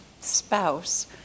spouse